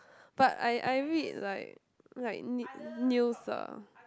but I I read like like new news ah